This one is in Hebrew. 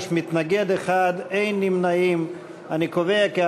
נא להצביע.